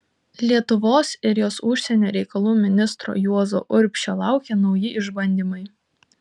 lietuvos ir jos užsienio reikalų ministro juozo urbšio laukė nauji išbandymai